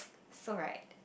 so right